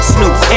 Snoop